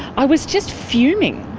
i was just fuming.